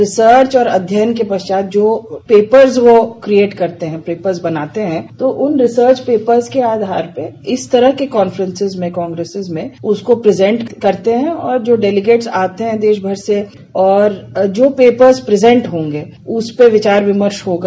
research और अध्ययन के पश्चात जो पेपर्स वो क्रियेट करते है पेपर बनाते है तो उन रिसर्च पेपर के आधार पर इस तरह के कांफ्रेंस में कांग्रेसस में उसको प्रजेन्ट करते हैं और जो डेलीकेट्स आते है देशभर से और जो पेपर प्रजेन्टस होंगे उसपे विचार विमर्श होगा